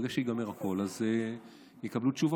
ברגע שייגמר הכול אז יקבלו תשובות.